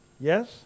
Yes